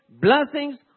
blessings